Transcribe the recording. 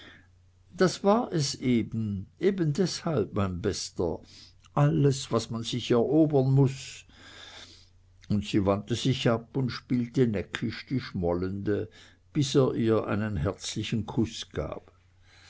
das war es eben eben deshalb mein bester alles was man sich erobern muß und sie wandte sich ab und spielte neckisch die schmollende bis er ihr einen herzlichen kuß gab